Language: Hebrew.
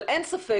אבל אין ספק,